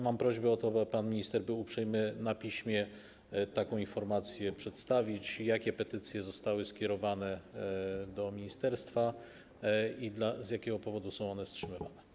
Mam prośbę o to, by pan minister był uprzejmy na piśmie przedstawić informację o tym, jakie petycje zostały skierowane do ministerstwa i z jakiego powodu są one wstrzymywane.